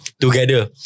together